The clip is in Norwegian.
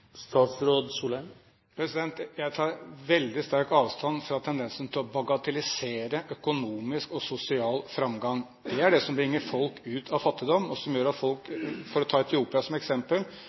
Jeg tar veldig sterkt avstand fra tendensen til å bagatellisere økonomisk og sosial framgang. Det er det som bringer folk ut av fattigdom, og som gjør at folk lærer å lese og skrive. For å ta Etiopia som eksempel: